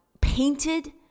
painted